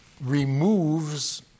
removes